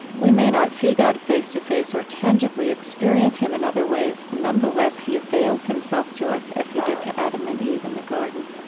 we may not see god face to face or tangibly experience him in other ways, nonetheless, he avails himself to us as he did to adam and eve in the garden.